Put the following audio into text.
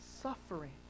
suffering